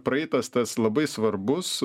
praeitas tas labai svarbus